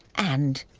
and,